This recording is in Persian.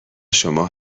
شما